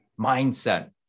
Mindset